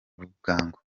bwangu